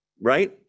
right